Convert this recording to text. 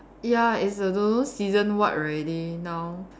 ya it's the don't know season what already now